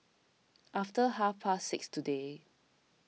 after half past six today